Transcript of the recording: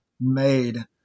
made